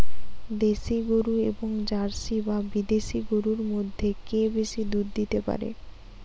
দেশী গরু এবং জার্সি বা বিদেশি গরু মধ্যে কে বেশি দুধ দিতে পারে?